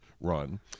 run